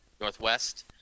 northwest